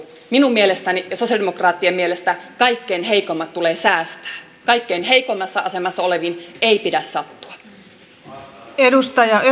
minun mielestäni ja sosialidemokraattien mielestä kaikkein heikoimmat tulee säästää kaikkein heikoimmassa asemassa oleviin ei pidä sattua